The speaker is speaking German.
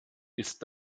ist